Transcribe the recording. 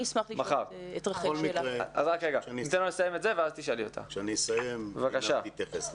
בכל מקרה, כשאני אסיים, עינב תתייחס לזה.